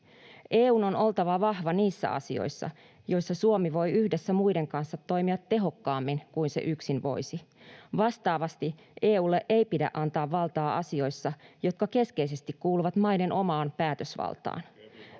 EU:n on oltava vahva niissä asioissa, joissa Suomi voi yhdessä muiden kanssa toimia tehokkaammin kuin se yksin voisi. Vastaavasti EU:lle ei pidä antaa valtaa asioissa, jotka keskeisesti kuuluvat maiden omaan päätösvaltaan.